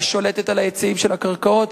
היא שולטת על ההיצעים של הקרקעות,